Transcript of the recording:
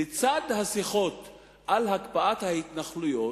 לצד השיחות על הקפאת ההתנחלויות,